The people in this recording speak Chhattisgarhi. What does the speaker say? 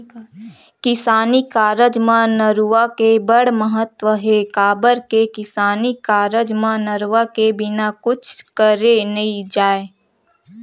किसानी कारज म नरूवा के बड़ महत्ता हे, काबर के किसानी कारज म नरवा के बिना कुछ करे नइ जाय